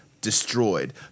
destroyed